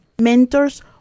mentors